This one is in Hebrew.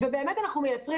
אנחנו מייצרים